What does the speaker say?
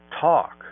talk